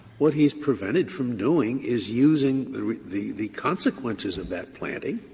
what he is prevented from doing is using the the the consequences of that planting,